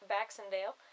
Baxendale